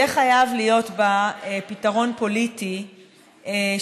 יהיה חייב להיות בה פתרון פוליטי שמצד